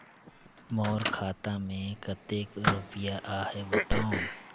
मोर खाता मे कतेक रुपिया आहे बताव?